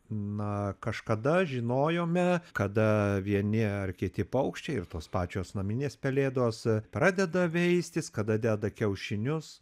na kažkada žinojome kada vieni ar kiti paukščiai ir tos pačios naminės pelėdos pradeda veistis kada deda kiaušinius